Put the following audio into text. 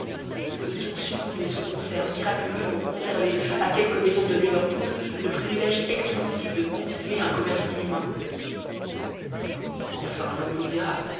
peut-on fuppofer ce concert mi raculeux pour conferver à quelques maifons de liverpool le privilège exclufif de continuer un commerce inhumain enfn l'on vous dira